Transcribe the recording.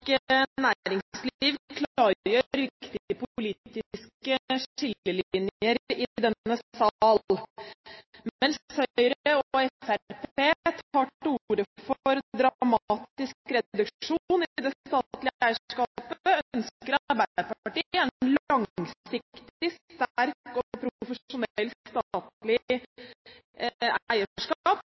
næringsliv klargjør viktige politiske skillelinjer i denne sal. Mens Høyre og Fremskrittspartiet tar til orde for dramatisk reduksjon i det statlige eierskapet, ønsker Arbeiderpartiet et langsiktig, sterkt og profesjonelt statlig eierskap, og at det